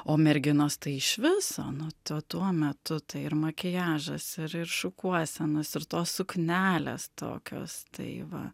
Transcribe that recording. o merginos tai išviso nuo tuo tuo metu tai ir makiažas ir ir šukuosenos ir tos suknelės tokios tai va